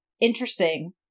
interesting